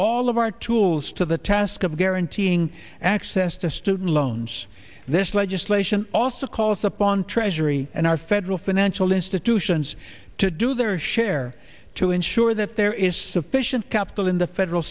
all of our tools to the task of guaranteeing access to student loans this legislation also calls upon treasury and our federal financial institutions to do their share to ensure that there is sufficient capital in the federal